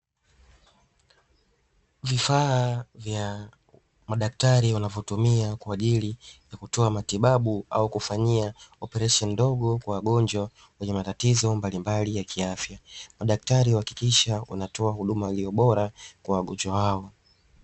Vifaa vya madaktari wanavyotumia kwa ajili ya kutoa matibabu au kufanyia operesheni ndogo kwa wagonjwa wenye matatizo mbalimbali ya kiafya. Madaktari huhakikisha wanatoa huduma ilio bora kwa wagonjwa wao.